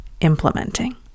implementing